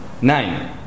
nine